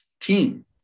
team